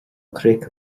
cnoic